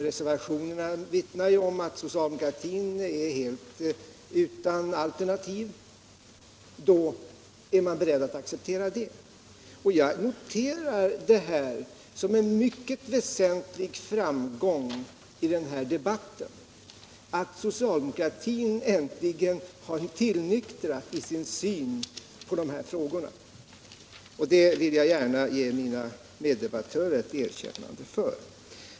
Reservationerna vittnar om att socialdemokraterna är utan alternativ. Jag noterar det som en mycket väsentlig framgång i den här debatten att det äntligen blivit en tillnyktring i socialdemokraternas syn på de här frågorna. Det vill jag gärna ge mina meddebattörer ett erkännande för.